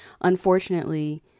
Unfortunately